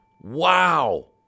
Wow